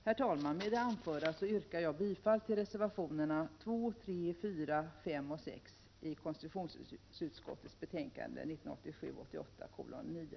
Herr talman! Med det anförda yrkar jag bifall till reservationerna 2,3, 4,5 och 6 i konstitutionsutskottets betänkande 1987/88:9.